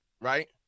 right